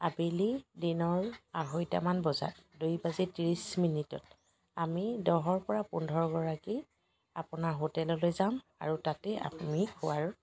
আবেলি দিনৰ আঢ়ৈটামান বজাত দুই বাজি ত্ৰিছ মিনিটত আমি দহৰ পৰা পোন্ধৰ গৰাকী আপোনাৰ হোটেললৈ যাম আৰু তাতে আপুনি খোৱাৰ